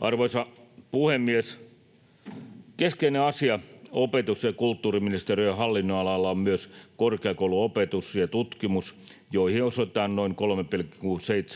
Arvoisa puhemies! Keskeinen asia opetus- ja kulttuuriministeriön hallinnonalalla on myös korkeakouluopetus ja -tutkimus, joihin osoitetaan noin